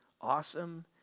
awesome